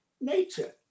nature